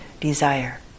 desire